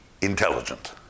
intelligent